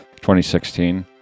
2016